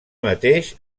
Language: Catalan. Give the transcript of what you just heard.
mateix